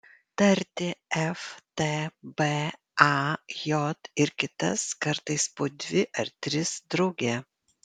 tarti f t b a j ir kitas kartais po dvi ar tris drauge